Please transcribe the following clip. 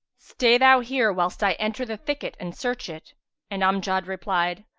stay thou here, whilst i enter the thicket and search it and amjad replied,